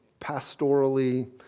pastorally